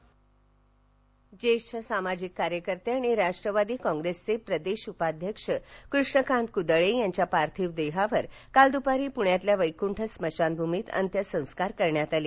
कदळे निधन ज्येष्ठ सामाजिक कार्यकर्ते आणि राष्ट्रवादी काँप्रेसचे प्रदेश उपाध्यक्ष कष्णकांत कुदळे यांच्या पार्थिव देहावर काल दुपारी पुण्यातल्या वैकुंठ स्मशान भूमीत अंत्यसंस्कार करण्यात आले